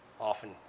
often